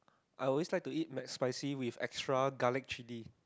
I always like to eat McSpicy with extra garlic chilli